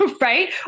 right